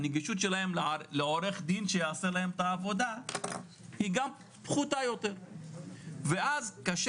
הנגישות שלהם לעורך דין שיעשה להם את העבודה היא גם פחותה יותר ואז קשה